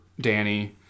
Danny